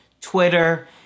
Twitter